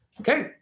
Okay